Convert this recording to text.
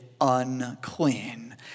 unclean